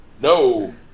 No